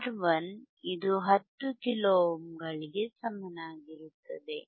R1 ಇದು 10 kilo ಓಮ್ಗಳಿಗೆ ಸಮನಾಗಿರುತ್ತದೆ